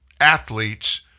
athletes